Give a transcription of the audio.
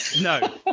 No